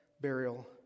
burial